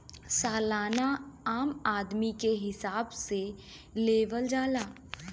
सालाना आमदनी के हिसाब से लेवल जाला